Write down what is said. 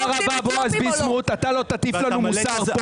רבה, בועז ביסמוט, אתה לא תטיף לנו מוסר פה.